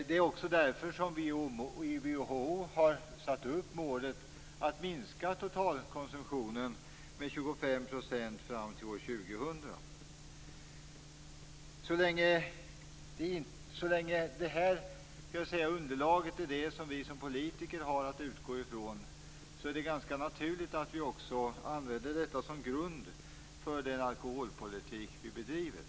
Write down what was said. Det är också därför som WHO har satt upp målet om en minskning av totalkonsumtionen med 25 % fram till år 2000. Så länge det underlaget är det som vi politiker har att utgå ifrån är det ganska naturligt att vi också använder detta som grund för den alkoholpolitik som vi bedriver.